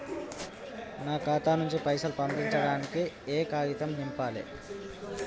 నా ఖాతా నుంచి పైసలు పంపించడానికి ఏ కాగితం నింపాలే?